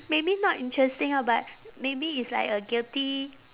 maybe not interesting ah but maybe it's like a guilty